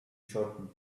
shortened